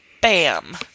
Bam